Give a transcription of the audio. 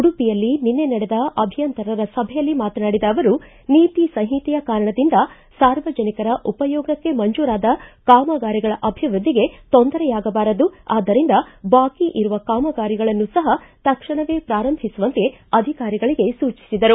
ಉಡುಪಿಯಲ್ಲಿ ನಿನ್ನೆ ನಡೆದ ಅಭಿಯಂತರರ ಸಭೆಯಲ್ಲಿ ಮಾತನಾಡಿದ ಅವರು ನೀತಿ ಸಂಹಿತೆಯ ಕಾರಣದಿಂದ ಸಾರ್ವಜನಿಕರ ಉಪಯೋಗಕ್ಕೆ ಮಂಜೂರಾದ ಕಾಮಗಾರಿಗಳ ಅಭಿವ್ಯದ್ದಿಗೆ ತೊಂದರೆಯಾಗಬಾರದು ಆದ್ದರಿಂದ ಬಾಕಿ ಇರುವ ಕಾಮಗಾರಿಗಳನ್ನೂ ಸಹ ತಕ್ಷಣವೇ ಪ್ರಾರಂಭಿಸುವಂತೆ ಅಧಿಕಾರಿಗಳಗೆ ಸೂಚಿಸಿದರು